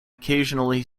occasionally